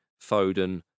Foden